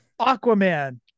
aquaman